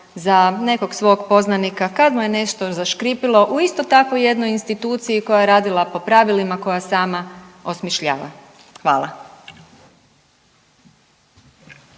za nekog svog poznanika kad mu je nešto zaškripilo u isto tako jednoj instituciji koja je radila po pravilima koja sam osmišljava. Hvala.